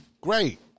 great